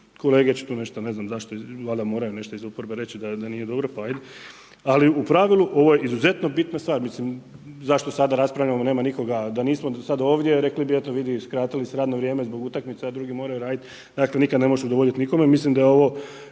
kolege će tu nešto, ne znam zašto, valjda moraju nešto iz oporbe reći da nije dobro, pa hajde. Ali u pravilu, ovo je izuzetno bitna stvar. Mislim, zašto sada raspravljamo, nema nikoga, da nismo do sada ovdje, rekli bi eto vidi ih, skratili ste radno vrijeme zbog utakmice, a drugi moraju raditi. Dakle, nikad ne možete udovoljiti nikome. Mislim da je ovo